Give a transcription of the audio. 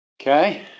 Okay